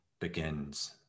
begins